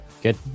Good